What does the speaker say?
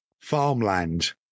farmland